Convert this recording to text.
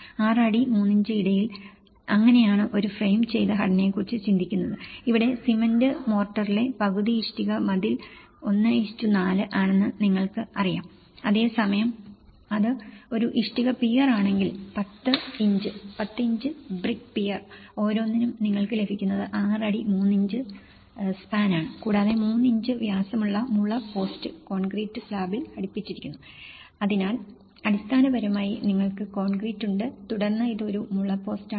6 അടി 3 ഇഞ്ച് ഇടയിൽ അങ്ങനെയാണ് ഒരു ഫ്രെയിം ചെയ്ത ഘടനയെക്കുറിച്ച് ചിന്തിക്കുന്നത് ഇവിടെ സിമന്റ് മോർട്ടറിലെ പകുതി ഇഷ്ടിക മതിൽ 14 ആണെന്ന് നിങ്ങൾക്ക് കാണാം അതേസമയം അത് ഒരു ഇഷ്ടിക പിയർ ആണെങ്കിൽ 10 ഇഞ്ച് 10 ഇഞ്ച് ബ്രിക്ക് പിയർ ഓരോന്നിനും നിങ്ങൾക്ക് ലഭിക്കുന്നത് 6 അടി 3 ഇഞ്ച് സ്പാൻ ആണ് കൂടാതെ 3 ഇഞ്ച് വ്യാസമുള്ള മുള പോസ്റ്റ് കോൺക്രീറ്റ് സ്ലാബിൽ ഘടിപ്പിച്ചിരിക്കുന്നു അതിനാൽ അടിസ്ഥാനപരമായി നിങ്ങൾക്ക് കോൺക്രീറ്റ് ഉണ്ട് തുടർന്ന് ഇത് ഒരു മുള പോസ്റ്റാണ്